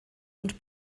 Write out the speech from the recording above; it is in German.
und